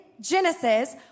Genesis